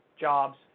jobs